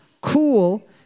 cool